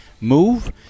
move